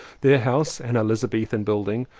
their house, an elizabethan building,